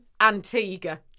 Antigua